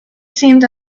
seemed